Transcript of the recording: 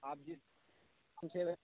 آپ جس